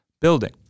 building